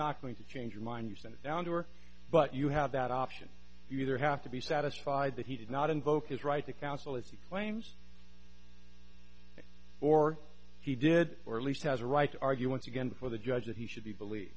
not going to change your mind you send down to her but you have that option you either have to be satisfied that he did not invoke his right to counsel as he claims or he did or at least has a right to argue once again before the judge that he should be believe